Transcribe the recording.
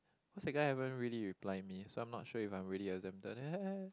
cause that guy haven't really reply me so I'm not sure if I'm really exempted